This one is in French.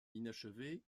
inachevée